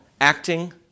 acting